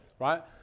right